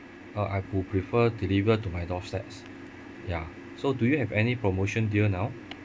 uh I would prefer delivered to my doorsteps ya so do you have any promotion deal now